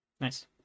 Nice